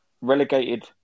relegated